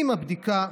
אם הבדיקה,